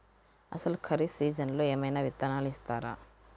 అసలు ఖరీఫ్ సీజన్లో ఏమయినా విత్తనాలు ఇస్తారా?